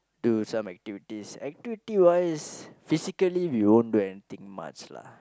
do some activities activity wise physically we won't do anything much lah